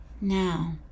Now